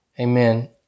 amen